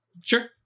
Sure